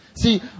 see